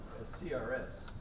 CRS